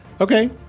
Okay